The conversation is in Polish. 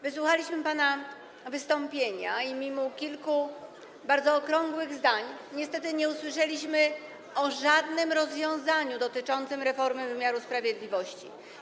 Wysłuchaliśmy pana wystąpienia i mimo kilku bardzo okrągłych zdań niestety nie usłyszeliśmy o żadnym rozwiązaniu dotyczącym reformy wymiaru sprawiedliwości.